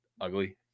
ugly